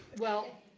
well,